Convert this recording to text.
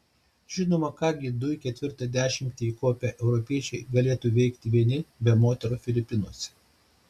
žinoma ką gi du į ketvirtą dešimtį įkopę europiečiai galėtų veikti vieni be moterų filipinuose